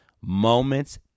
moments